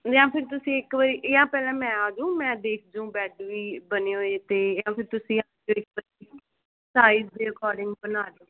ਜਾਂ ਫਿਰ ਤੁਸੀਂ ਇੱਕ ਵਾਰੀ ਇਹ ਪਹਿਲਾਂ ਮੈਂ ਆ ਜੂ ਮੈਂ ਦੇਖ ਜੁੰ ਬੈਡ ਵੀ ਬਣੇ ਹੋਏ ਤੇ ਜਾਂ ਫਿਰ ਤੁਸੀਂ ਆ ਜੀਓ ਤੁਸੀਂ ਸਾਈਜ਼ ਦੇ ਅਕੋਰਡਿੰਗ ਬਣਾ ਦਿਓ ਤੁਸੀਂ